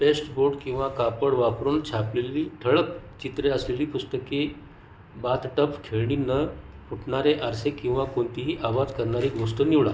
pasteboard किंवा कापड वापरून छापलेली ठळक चित्रे असलेली पुस्तके बाथटब खेळणी न फुटणारे आरसे किंवा कोणतीही आवाज करणारी गोष्ट निवडा